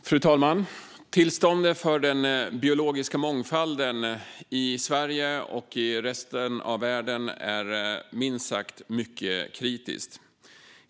Fru talman! Tillståndet för den biologiska mångfalden i Sverige och i resten av världen är minst sagt mycket kritiskt.